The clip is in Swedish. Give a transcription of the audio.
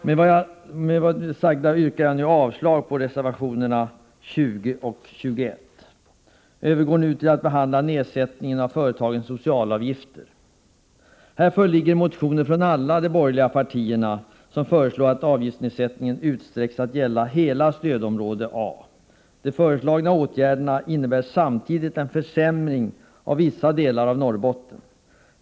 Med det sagda yrkar jag avslag på reservationerna 20 och 21. Jag övergår nu till att behandla frågan om nedsättning av företagens socialavgifter. Här föreligger motioner från alla de borgerliga partierna, som föreslår att avgiftsnedsättningen utsträcks att gälla hela stödområde A. De föreslagna åtgärderna innebär samtidigt en försämring för vissa delar av Norrbotten.